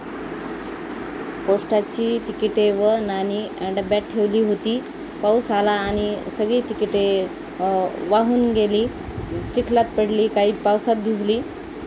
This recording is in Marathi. पोस्टाची तिकिटे व नाणी अ डब्ब्यात ठेवली होती पाऊस आला आणि सगळी तिकिटे वाहून गेली चिखलात पडली काही पावसात भिजली